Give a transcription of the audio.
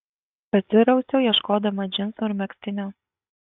pasirausiau ieškodama džinsų ir megztinio